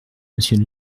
monsieur